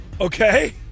okay